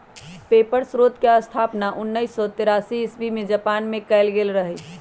paper स्रोतके स्थापना उनइस सौ तेरासी इस्बी में जापान मे कएल गेल रहइ